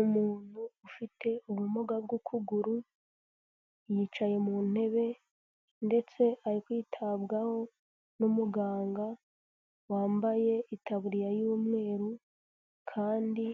Umuntu ufite ubumuga bw'ukuguru, yicaye mu ntebe ndetse ari kwitabwaho n'umuganga wambaye itaburiya y'umweru kandi